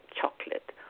chocolate